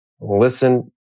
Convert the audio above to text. listen